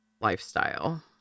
lifestyle